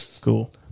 cool